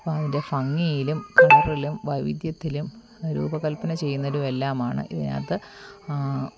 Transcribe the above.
അപ്പം അതിൻ്റെ ഭംഗിയിലും കളറിലും വൈവിധ്യത്തിലും രൂപകൽപ്പന ചെയ്യുന്നതിലും എല്ലാമാണ് ഇതിനകത്ത്